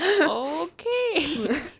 Okay